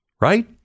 right